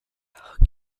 hug